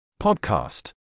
Podcast